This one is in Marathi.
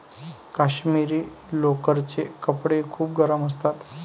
काश्मिरी लोकरचे कपडे खूप गरम असतात